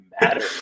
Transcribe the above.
matter